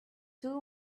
two